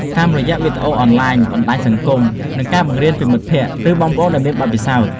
តាមរយៈវីដេអូអនឡាញ បណ្តាញសង្គម និងការបង្រៀនពីមិត្តភក្តិ ឬបងប្អូនដែលមានបទពិសោធន៍។